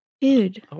Dude